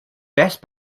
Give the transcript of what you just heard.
best